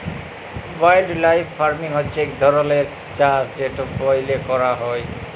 wildlife farming হছে ইক ধরলের চাষ যেট ব্যইলে ক্যরা হ্যয়